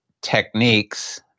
techniques